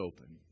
open